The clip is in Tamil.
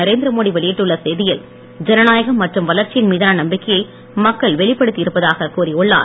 நரேந்திரமோடி வெளியிட்டுள்ள செய்தியில் ஜனநாயகம் மற்றும் வளர்ச்சியின் மீதான நம்பிக்கையை மக்கள் வெளிப்படுத்தி இருப்பதாக கூறியுள்ளார்